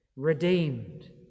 Redeemed